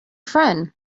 friend